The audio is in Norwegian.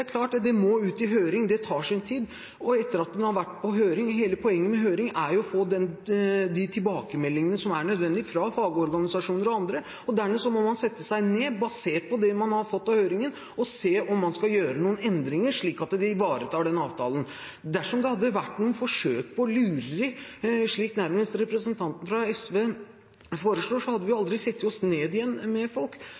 klart at det må ut på høring – det tar sin tid. Hele poenget med høring er jo å få de tilbakemeldingene som er nødvendige fra fagorganisasjoner og andre. Dernest må man sette seg ned, basert på det man har fått av innspill på høringen, og se om man skal gjøre noen endringer, slik at det ivaretas i avtalen. Dersom det hadde vært noe forsøk på lureri, slik representanten fra SV nærmest fastslår, hadde vi aldri satt oss ned med folk.